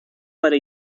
para